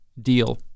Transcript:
deal